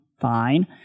fine